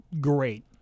great